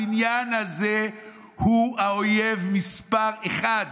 הבניין הזה הוא האויב מס' אחת.